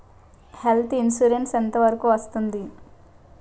Health insurance ఎంత వరకు వస్తుంది?